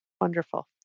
Wonderful